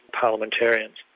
parliamentarians